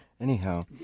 Anyhow